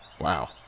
Wow